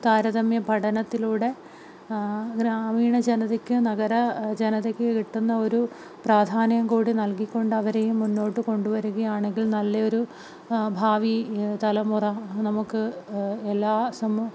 താരതമ്യപഠനത്തിലൂടെ ഗ്രാമീണ ജനതയ്ക്ക് നഗര ജനതയ്ക്ക് കിട്ടുന്ന ഒരു പ്രാധാന്യം കൂടി നൽകിക്കൊണ്ട് അവരെയും മുന്നോട്ട് കൊണ്ടുവരികയാണെങ്കിൽ നല്ലൊരു ഭാവി തലമുറ നമുക്ക് എല്ലാ